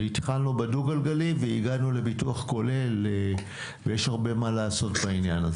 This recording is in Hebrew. התחלנו בדו גלגלי והגענו לביטוח כולל ויש הרבה מה לעשות בעניין.